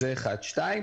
שנית,